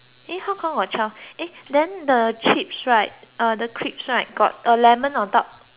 eh then the chips right the cribs right got a lemon on top